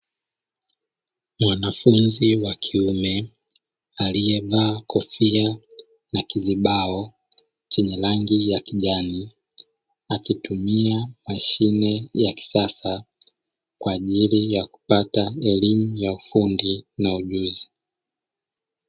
Mwanafunzi wa kiume alievaa kofia na kizibao chenye rangi ya kijani, akitumia mashine ya kisasa kwa ajili ya kupata elimu ya ufundi na ujuzi.